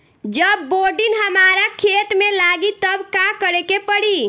जब बोडिन हमारा खेत मे लागी तब का करे परी?